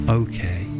okay